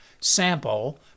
sample